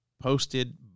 posted